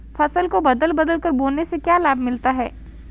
फसल को बदल बदल कर बोने से क्या लाभ मिलता है?